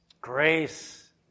Grace